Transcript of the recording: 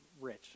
rich